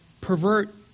pervert